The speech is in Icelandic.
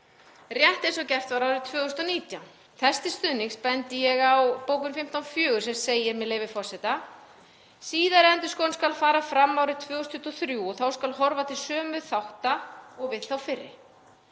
rétt eins og gert var árið 2019. Þessu til stuðnings bendi ég á bókun 15.4 sem segir, með leyfi forseta: „Síðari endurskoðun skal fara fram árið 2023. Þá skal horfa til sömu þátta og við þá fyrri.“